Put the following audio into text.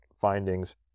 findings